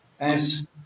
Yes